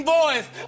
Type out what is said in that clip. voice